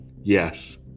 Yes